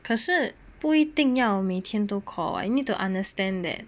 可是不一定要每天都 call [what] you need to understand that